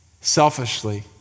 Selfishly